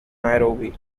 nairobi